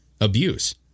Abuse